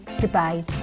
goodbye